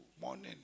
morning